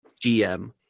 GM